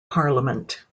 parliament